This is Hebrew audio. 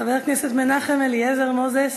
חבר הכנסת מנחם אליעזר מוזס.